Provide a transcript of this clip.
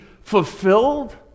fulfilled